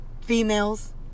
females